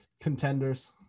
contenders